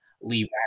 leave